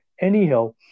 Anyhow